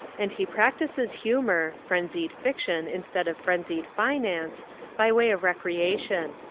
and he practises humour frenzied fiction instead of frenzied finance by way of recreation.